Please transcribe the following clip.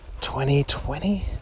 2020